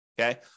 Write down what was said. Okay